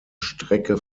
strecke